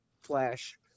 flash